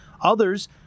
Others